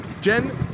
Jen